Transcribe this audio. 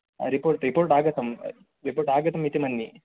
report report आगतं report आगतम् इति मन्ये